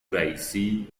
رییسی